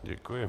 Děkuji.